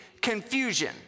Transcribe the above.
confusion